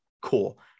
Cool